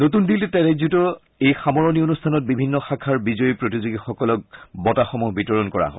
নতুন দিল্লীত আয়োজিত এই সামৰণি অনুষ্ঠানত বিভিন্ন শাখাৰ বিজয়ী প্ৰতিযোগীসকলক বঁটাসমূহ বিতৰণ কৰা হয়